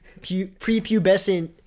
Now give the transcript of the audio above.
prepubescent